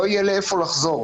לא יהיה לאן לחזור.